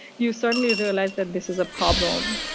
you suddenly realize that this is a problem.